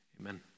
Amen